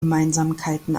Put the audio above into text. gemeinsamkeiten